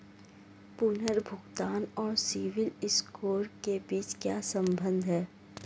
पुनर्भुगतान और सिबिल स्कोर के बीच क्या संबंध है?